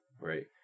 Right